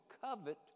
covet